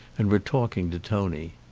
and were talking to tony.